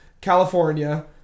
California